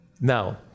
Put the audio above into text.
Now